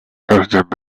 urgent